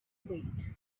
wait